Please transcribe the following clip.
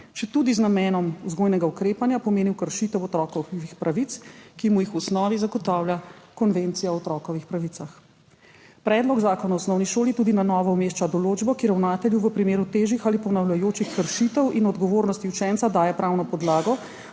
četudi z namenom vzgojnega ukrepanja, pomenil kršitev otrokovih pravic, ki mu jih v osnovi zagotavlja Konvencija o otrokovih pravicah. Predlog zakona o osnovni šoli tudi na novo umešča določbo, ki ravnatelju v primeru težjih ali ponavljajočih kršitev in odgovornosti učenca daje pravno podlago,